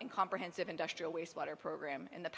and comprehensive industrial wastewater program in the